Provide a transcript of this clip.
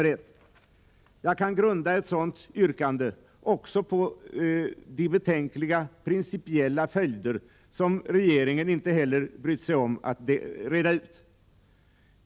Jag kan emellertid grunda ett sådant yrkande också på de betänkliga principiella följderna, som regeringen inte heller brytt sig om att reda ut.